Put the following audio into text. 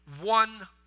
One